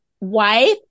wife